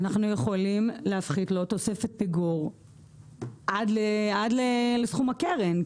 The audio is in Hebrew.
אנחנו יכולים להפחית לו תוספת פיגור עד לסכום הקרן.